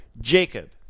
Jacob